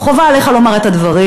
חובה עליך לומר את הדברים,